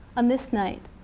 on this night,